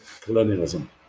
colonialism